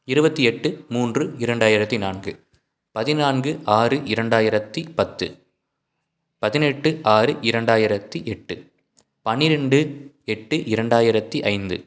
இருபத்தி எட்டு மூன்று இரண்டாயிரத்தி நான்கு பதினான்கு ஆறு இரண்டாயிரத்தி பத்து பதினெட்டு ஆறு இரண்டாயிரத்தி எட்டு பன்னிரெண்டு எட்டு இரண்டாயிரத்தி ஐந்து